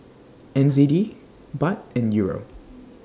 N Z D Baht and Euro